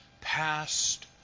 passed